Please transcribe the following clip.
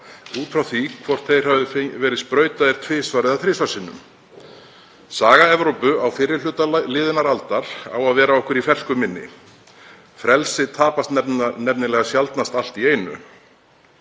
út frá því hvort það hafi verið sprautað tvisvar eða þrisvar sinnum. Saga Evrópu á fyrri hluta liðinnar aldar á að vera okkur í fersku minni. Frelsið tapast nefnilega sjaldnast allt í einu.